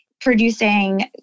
producing